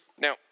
Now